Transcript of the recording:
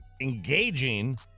engaging